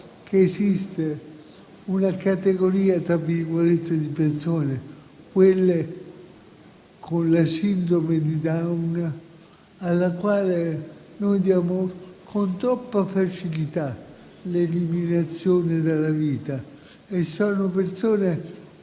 che esiste una "categoria" di persone, quelle con la sindrome di Down, alla quale noi diamo con troppa facilità l'eliminazione dalla vita. [**Presidenza